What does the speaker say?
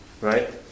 right